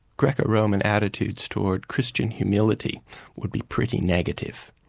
greco-roman attitudes toward christian humility would be pretty negative,